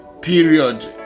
period